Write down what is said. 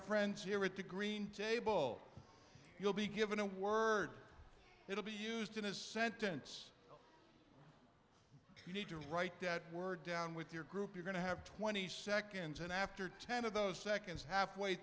friends here at the green table you'll be given a word it'll be used in a sentence you need to write that word down with your group you're going to have twenty seconds and after ten of those seconds half way